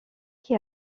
qui